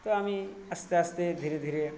তো আমি আস্তে আস্তে ধীরে ধীরে